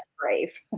brave